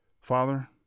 Father